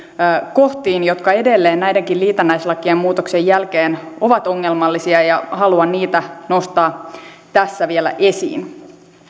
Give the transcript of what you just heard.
kohtiin jotka edelleen näiden liitännäislakien muutoksen jälkeenkin ovat ongelmallisia ja haluan niitä nostaa tässä vielä esiin